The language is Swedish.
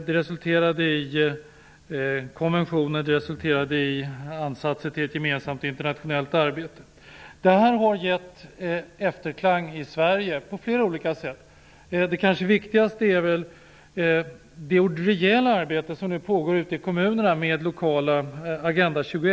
Den resulterade i konventioner och i ansatser till ett gemensamt internationellt arbete. Detta har på flera olika sätt gett efterklang i Sverige. Det som är viktigast är kanske det omfattande arbete som pågår ute i kommunerna med lokala Agenda 21.